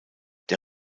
der